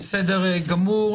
בסדר גמור.